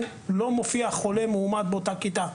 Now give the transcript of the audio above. לא מופיע חולה מאומת באותה כיתה,